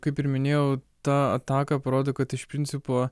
kaip ir minėjau ta ataka parodo kad iš principo